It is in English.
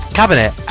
cabinet